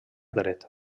dret